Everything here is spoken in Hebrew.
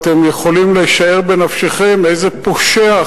אתם יכולים לשער בנפשכם איזה פושע,